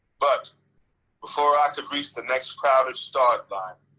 but before i could reach the next crowded starting line,